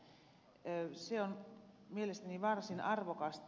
se on mielestäni varsin arvokasta